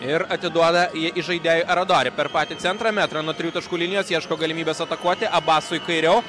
ir atiduoda į į žaidėjui aradori per patį centrą metrą nuo trijų taškų linijos ieško galimybės atakuoti abasui kairiau